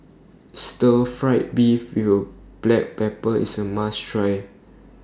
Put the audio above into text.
Stir Fry Beef We Will Black Pepper IS A must Try